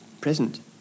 present